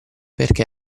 perché